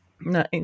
no